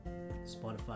Spotify